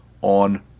on